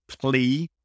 plea